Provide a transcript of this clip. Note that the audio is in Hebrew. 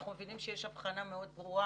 אנחנו מבינים שיש הבחנה מאוד ברורה